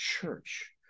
church